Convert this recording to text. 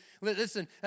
Listen